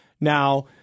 Now